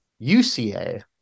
UCA